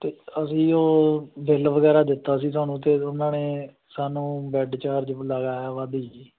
ਅਤੇ ਅਸੀਂ ਉਹ ਬਿੱਲ ਵਗੈਰਾ ਦਿੱਤਾ ਸੀ ਤੁਹਾਨੂੰ ਅਤੇ ਉਹਨਾਂ ਨੇ ਸਾਨੂੰ ਬੈਡ ਚਾਰਜ ਲਗਾਇਆ ਵਾਧੂ ਜੀ